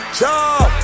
job